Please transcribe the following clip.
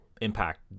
impact